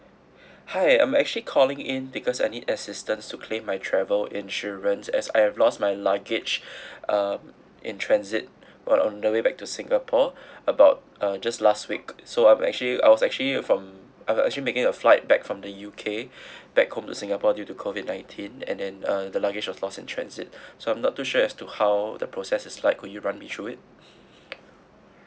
hi I'm actually calling in because I need assistance to claim my travel insurance as I've lost my luggage um in transit while on the way back to singapore about uh just last week so I'm actually I was actually from I was actually making a flight back from the U_K back home to singapore due to COVID nineteen and then uh the luggage was lost in transit so I'm not too sure as to how the process is like could you run me through it